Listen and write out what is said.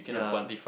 yea